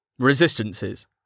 Resistances